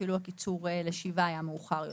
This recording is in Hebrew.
אפילו הקיצור לשבעה ימים היה מאוחר יותר,